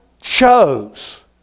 chose